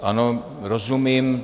Ano, rozumím.